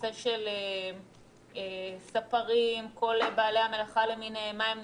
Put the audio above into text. נושא של ספרים וכל בעלי המלאכה למיניהם מה